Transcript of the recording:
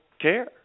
care